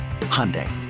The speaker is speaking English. Hyundai